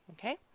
Okay